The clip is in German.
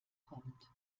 kommt